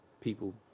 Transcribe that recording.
people